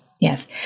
Yes